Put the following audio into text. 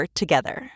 together